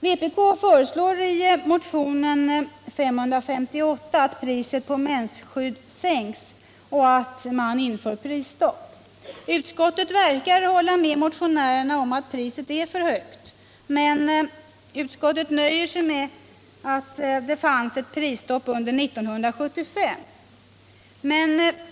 Vpk föreslår i motionen 558 att priset på mensskydd sänks och att prisstopp införs. Utskottet verkar hålla med motionärerna om att priset är för högt. Men utskottet nöjer sig med att konstatera att det fanns ett prisstopp under 1975.